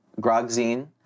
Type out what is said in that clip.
Grogzine